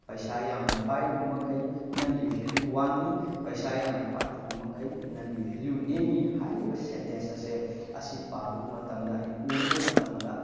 ꯄꯩꯁꯥ ꯌꯥꯝꯅ ꯄꯥꯏꯔꯤꯕ ꯃꯈꯩ ꯅꯪꯒꯤ ꯚꯦꯂ꯭ꯌꯨ ꯋꯥꯡꯉꯤ ꯄꯩꯁꯥ ꯌꯥꯝꯅ ꯄꯥꯏꯗ꯭ꯔꯤꯕ ꯃꯈꯩ ꯅꯪꯒꯤ ꯚꯦꯂ꯭ꯌꯨ ꯅꯦꯝꯃꯤ ꯍꯥꯏꯔꯤꯕ ꯁꯦꯟꯇꯦꯟꯁ ꯑꯁꯦ ꯑꯁꯤ ꯄꯥꯔꯨꯕ ꯃꯇꯝꯗ ꯑꯩꯅ ꯎꯔꯨꯕ ꯃꯇꯝꯗ